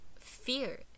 fear